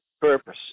purpose